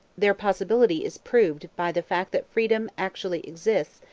their possibility is proved by the fact that freedom actually exists,